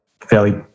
fairly